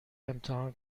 امتحان